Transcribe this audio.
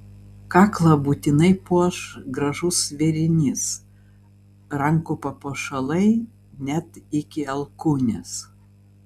kaklą būtinai puoš gražus vėrinys rankų papuošalai net iki alkūnės